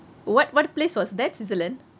what what place was that switzerland